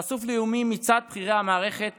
חשוף לאיומים מצד בכירי המערכת